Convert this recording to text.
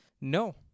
No